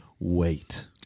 Wait